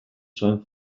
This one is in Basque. zuen